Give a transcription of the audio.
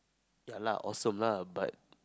ya lah awesome lah but